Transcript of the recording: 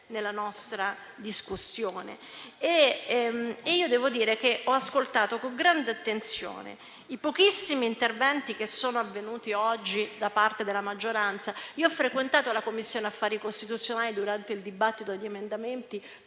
nella nostra discussione. Devo dire che ho ascoltato con grande attenzione i pochissimi interventi che sono stati svolti oggi da parte della maggioranza. Ho frequentato la Commissione affari costituzionali durante il dibattito e la